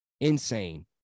insane